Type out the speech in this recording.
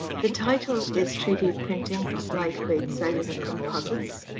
the title is three d printing of lightweight cellular composites,